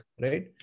right